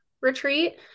retreat